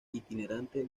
itinerante